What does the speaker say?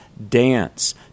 dance